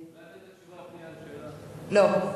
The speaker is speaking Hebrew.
תשובה, לא.